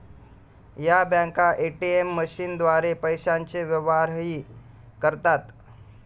या बँका ए.टी.एम मशीनद्वारे पैशांचे व्यवहारही करतात